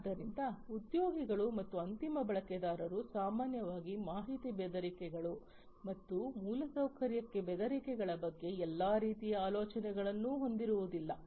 ಆದ್ದರಿಂದ ಉದ್ಯೋಗಿಗಳು ಮತ್ತು ಅಂತಿಮ ಬಳಕೆದಾರರು ಸಾಮಾನ್ಯವಾಗಿ ಮಾಹಿತಿ ಬೆದರಿಕೆಗಳು ಮತ್ತು ಮೂಲಸೌಕರ್ಯಕ್ಕೆ ಬೆದರಿಕೆಗಳ ಬಗ್ಗೆ ಎಲ್ಲಾ ರೀತಿಯ ಆಲೋಚನೆಗಳನ್ನು ಹೊಂದಿರುವುದಿಲ್ಲ